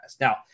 Now